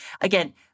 again